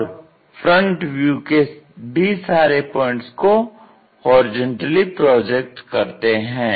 और front view के भी सारे पॉइंट्स को होरिजेंटली प्रोजेक्ट करते हैं